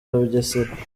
bugesera